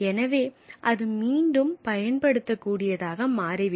எனவே அது மீண்டும் பயன்படுத்தக் கூடியதாக மாறிவிடும்